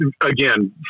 Again